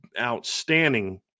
outstanding